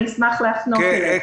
אשמח להפנות אליהם.